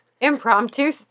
Impromptu